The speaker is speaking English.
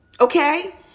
Okay